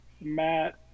Matt